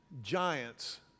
giants